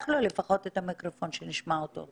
לפחות תפתח לו את המיקרופון, כדי שנשמע אותו.